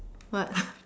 what